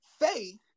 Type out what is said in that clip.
faith